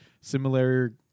similar